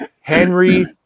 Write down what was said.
Henry